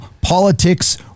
Politics